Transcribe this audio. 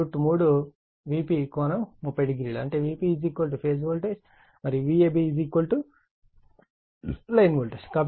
కాబట్టి Vab 3Vp300 అంటే Vp phase voltage మరియు Vab లైన్ వోల్టేజ్